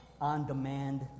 on-demand